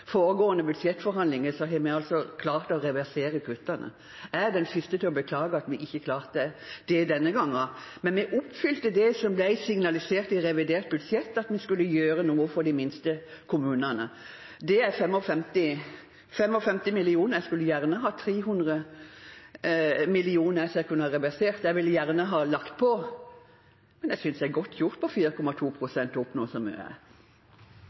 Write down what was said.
har vi altså klart å reversere kuttene. Jeg er den første til å beklage at vi ikke klarte det denne gangen, men vi oppfylte det vi signaliserte i revidert nasjonalbudsjett – at vi skulle gjøre noe for de minste kommunene. Det utgjør 55 mill. kr. Jeg skulle gjerne hatt 300 mill. kr så jeg kunne reversert det. Jeg skulle gjerne lagt på, men jeg synes det er godt gjort med 4,2 pst. å oppnå så mye.